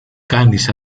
κάνεις